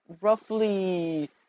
roughly